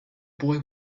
boy